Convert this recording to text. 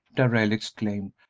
darrell exclaimed.